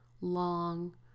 long